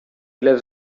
lives